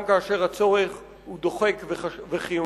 גם כאשר הצורך הוא דוחק וחיוני.